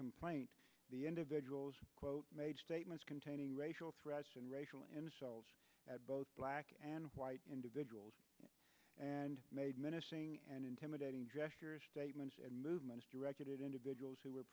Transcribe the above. complaint the individuals quote made statements containing racial threats and racial insults at both black and white individuals and made menacing and intimidating gestures statements and movements directed at individuals who were